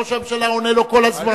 ראש הממשלה עונה לו כל הזמן.